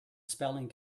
spelling